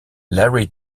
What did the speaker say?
larry